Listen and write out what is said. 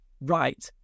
right